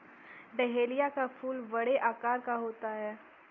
dahlia का फूल बड़े आकार का होता है